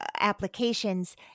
applications